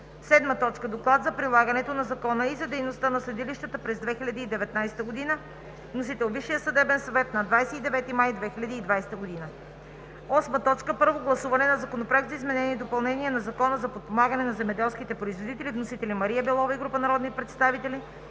2020 г. 7. Доклад за прилагането на закона и за дейността на съдилищата през 2019 г. Вносител – Висшият съдебен съвет, 29 май 2020 г. 8. Първо гласуване на Законопроекта за изменение и допълнение на Закона за подпомагане на земеделските производители. Вносители – Мария Белова и група народни представители,